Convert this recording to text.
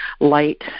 light